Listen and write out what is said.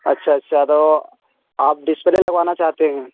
اچھا اچھا تو آپ ڈسپلے لگوانا چاہتے ہیں